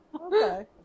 okay